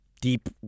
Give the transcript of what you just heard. deep